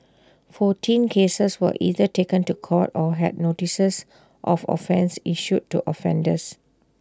fourteen cases were either taken to court or had notices of offence issued to offenders